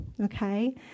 okay